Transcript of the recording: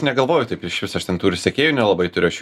negalvoju taip išvis aš ten tų ir sekėjų nelabai turiu aš